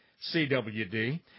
CWD